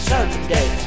Sunday